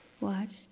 watched